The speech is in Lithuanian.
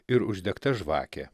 ir uždegta žvakė